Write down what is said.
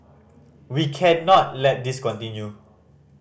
we cannot let this continue